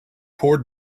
poor